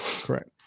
Correct